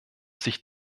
sich